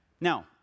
Now